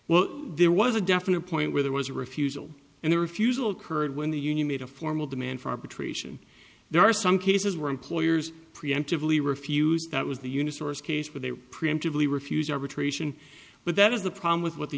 well there was a definite point where there was a refusal and the refusal curd when the union made a formal demand for arbitration there are some cases where employers preemptively refuse that was the unit source case where they preemptively refused arbitration but that is the problem with what the